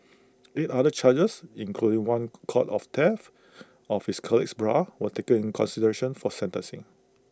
eight other charges including one count of theft of his colleague's bra were taken in consideration for sentencing